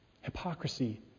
Hypocrisy